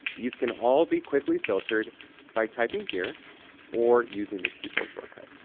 these can all be quickly filtered by typing here or using this keyboard shortcut.